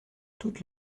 toute